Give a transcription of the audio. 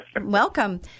welcome